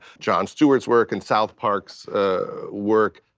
jon stewart's work and south park's ah work,